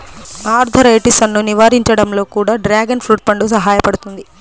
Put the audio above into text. ఆర్థరైటిసన్ను నివారించడంలో కూడా డ్రాగన్ ఫ్రూట్ పండు సహాయపడుతుంది